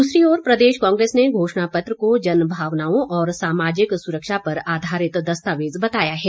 दूसरी ओर प्रदेश कांग्रेस ने घोषणा पत्र को जनभावनाओं और सामाजिक सुरक्षा पर आधारित दस्तावेज बताया है